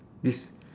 this